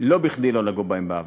לא בכדי לא נגעו בהם בעבר,